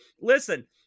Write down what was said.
Listen